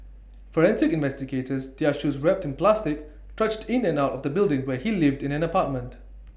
forensic investigators their shoes wrapped in plastic trudged in and out of the building where he lived in an apartment